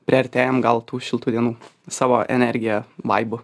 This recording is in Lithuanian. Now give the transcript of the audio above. priartėjam gal tų šiltų dienų savo energija vaibu